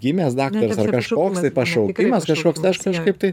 gimęs daktaras ar kažkoks tai pašaukimas kažkoks aš kažkaip tai